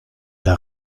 der